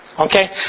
okay